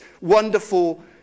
wonderful